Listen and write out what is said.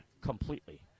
completely